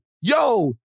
yo